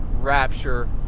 rapture